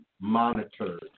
monitored